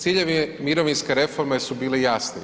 Ciljevi mirovinske reforme su bili jasni.